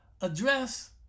Address